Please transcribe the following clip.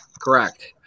Correct